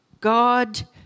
God